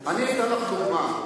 אני אתן לך דוגמה.